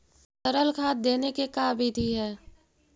तरल खाद देने के का बिधि है?